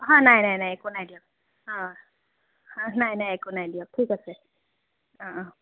হয় নাই নাই নাই একো নাই নাই নাই একো না